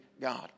God